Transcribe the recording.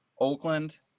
Oakland